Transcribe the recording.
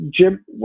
Jim